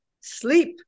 sleep